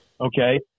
okay